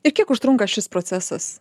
ir kiek užtrunka šis procesas